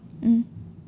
mm